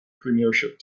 premiership